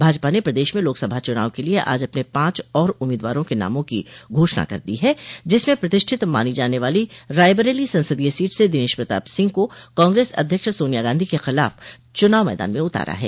भाजपा ने प्रदेश में लोकसभा चुनाव के लिये आज अपने पांच और उम्मीदवारों के नामों की घोषणा कर दी है जिसम प्रतिष्ठित मानी जाने वाली रायबरेली संसदीय सीट से दिनेश प्रताप सिंह को कांग्रेस अध्यक्ष सोनिया गांधी के खिलाफ चुनाव मैदान में उतारा है